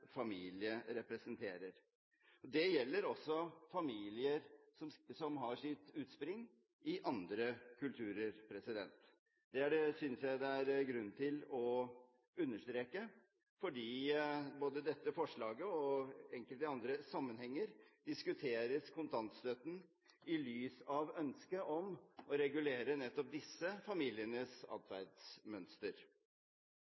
familie representerer. Det gjelder også familier som har sitt utspring i andre kulturer. Det synes jeg det er grunn til å understreke, for både i forbindelse med dette forslaget og i enkelte andre sammenhenger diskuteres kontantstøtten i lys av ønsket om å regulere nettopp disse familienes